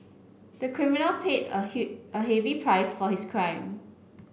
the criminal paid a a heavy price for his crime